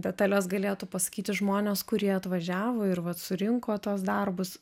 detales galėtų pasakyti žmonės kurie atvažiavo ir vat surinko tuos darbus